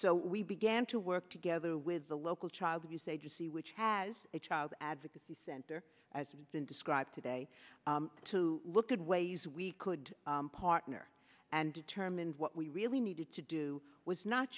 so we began to work together with the local child abuse agency which has a advocacy center as we've been described today to look at ways we could partner and determine what we really needed to do was not